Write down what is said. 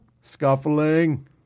scuffling